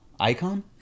Icon